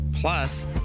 Plus